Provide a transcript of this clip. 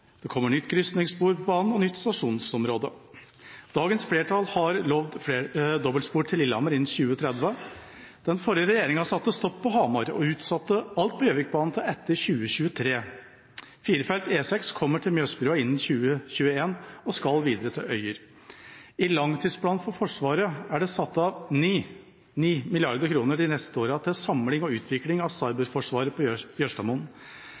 Det kommer nytt krysningsspor på banen og nytt stasjonsområde. Dagens flertall har lovd dobbeltspor til Lillehammer innen 2030. Den forrige regjeringen satte stopp på Hamar og utsatte alt på Gjøvikbanen til etter 2023. Firefelts E6 kommer til Mjøsbrua innen 2021 og skal videre til Øyer. I langtidsplanen for Forsvaret er det satt av 9 mrd. kr de neste årene til samling og utvikling av Cyberforsvaret på